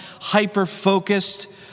hyper-focused